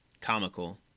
comical